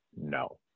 No